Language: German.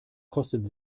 kostet